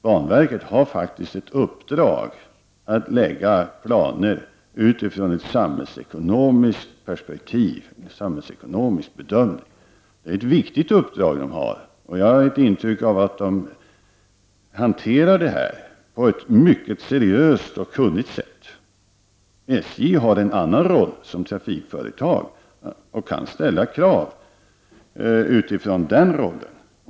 Banverket har faktiskt i uppdrag att lägga fram planer utifrån ett samhällsekonomiskt perspektiv och en samhällsekonomisk bedömning. Det är ett viktigt uppdrag. Jag har ett intryck av att verket hanterar detta på ett mycket seriöst och kunnigt sätt. SJ har en annan roll som trafikföretag och kan ställa krav utifrån den rollen.